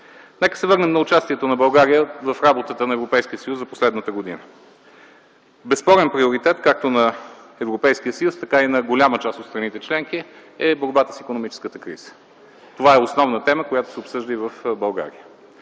Нека се върнем на участието на България в работата на Европейския съюз за последната година. Безспорен приоритет – както на Европейския съюз, така и на голяма част от страните членки, е борбата с икономическата криза. Това е основна тема, която се обсъжда и в България.